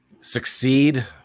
succeed